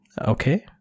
Okay